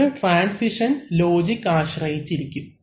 ഇത് transition logic ആശ്രയിച്ചിരിക്കും